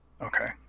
Okay